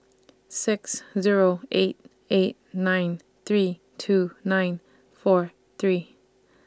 six Zero eight eight nine three two nine four three